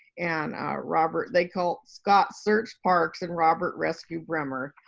and robert, they call scott search parks and robert rescue bremmer.